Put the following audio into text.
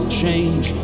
change